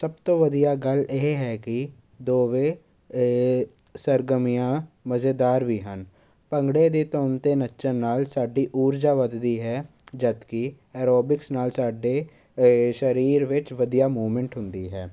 ਸਭ ਤੋਂ ਵਧੀਆ ਗੱਲ ਇਹ ਹੈ ਕਿ ਦੋਵੇਂ ਸਰਗਰਮੀਆਂ ਮਜ਼ੇਦਾਰ ਵੀ ਹਨ ਭੰਗੜੇ ਦੀ ਧੁਨ 'ਤੇ ਨੱਚਣ ਨਾਲ ਸਾਡੀ ਊਰਜਾ ਵੱਧਦੀ ਹੈ ਜਦਕਿ ਐਰੋਬਿਕਸ ਨਾਲ ਸਾਡੇ ਸਰੀਰ ਵਿੱਚ ਵਧੀਆ ਮੂਵਮੈਂਟ ਹੁੰਦੀ ਹੈ